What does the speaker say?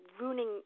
ruining